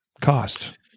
cost